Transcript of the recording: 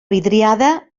vidriada